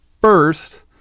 first